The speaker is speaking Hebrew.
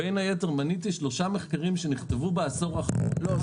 מניתי פה שלושה מחקרים שנכתבו בעשור האחרון --- לא,